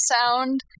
sound